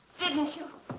didn't you?